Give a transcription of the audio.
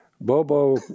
Bobo